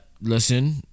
Listen